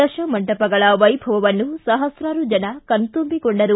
ದಶ ಮಂಟಪಗಳ ವೈಭವವನ್ನು ಸಹಸ್ರಾರು ಜನ ಕಣ್ತುಂಬಿಕೊಂಡರು